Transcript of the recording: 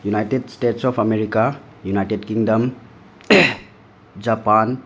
United States of America United Kingdom Japan